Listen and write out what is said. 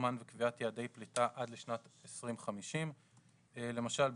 פחמן וקביעת יעדי פליטה עד לשנת 2050. למשל,